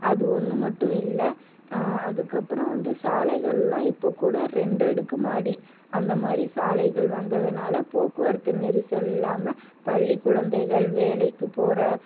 அது ஒன்று மட்டும் இல்லை அதுக்கப்புறம் வந்து சாலைகளெலாம் இப்போ கூட ரெண்டு அடுக்கு மாடி அந்த மாதிரி சாலைகள் வந்ததுனால் போக்குவரத்து நெரிசல் இல்லாமல் பள்ளி குழந்தைகள் வேலைக்கு போகிற